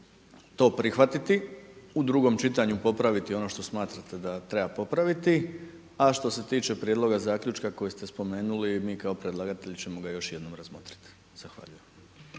to prihvatiti, u drugom čitanju popraviti ono što smatrate da treba popraviti. A što se tiče prijedloga zaključka koji ste spomenuli mi kao predlagatelj ćemo ga još jednom razmotriti. Zahvaljujem.